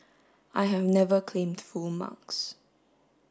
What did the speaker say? I have never claimed full marks